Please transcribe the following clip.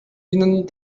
ihnen